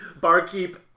Barkeep